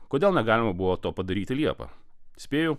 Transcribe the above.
kodėl negalima buvo to padaryti liepą spėju